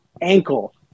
ankle